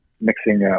mixing